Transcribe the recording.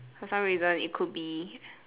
for some reason it could be